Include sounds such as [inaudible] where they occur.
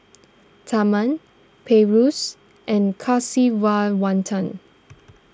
Tharman Peyush and Kasiviswanathan [noise]